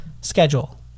schedule